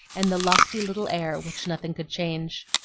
and the lofty little air which nothing could change.